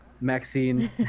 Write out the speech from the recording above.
Maxine